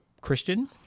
Christian